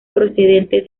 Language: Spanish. procedente